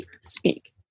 speak